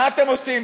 מה אתם עושים?